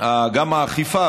גם האכיפה,